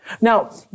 Now